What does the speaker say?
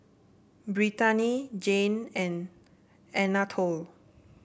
Brittani Jame and Anatole